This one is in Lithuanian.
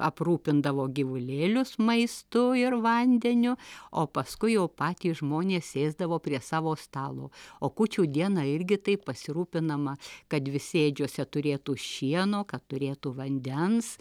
aprūpindavo gyvulėlius maistu ir vandeniu o paskui jau patys žmonės sėsdavo prie savo stalo o kūčių dieną irgi taip pasirūpinama kad visi ėdžiose turėtų šieno kad turėtų vandens